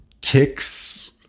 kicks